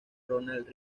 ronald